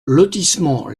lotissement